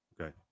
Okay